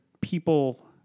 people